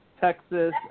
Texas